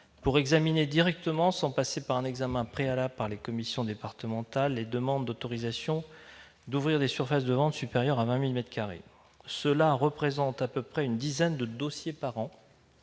pour examiner directement, sans examen préalable par les commissions départementales, les demandes d'autorisation en vue d'ouvrir des surfaces de vente supérieures à 20 000 mètres carrés. Cela représente à peu près une dizaine de dossiers par an.